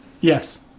yes